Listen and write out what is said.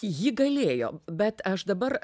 ji galėjo bet aš dabar